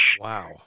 Wow